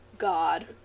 God